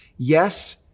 Yes